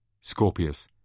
Scorpius